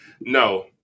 No